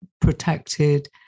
protected